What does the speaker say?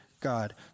god